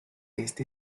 este